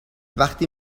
وقتی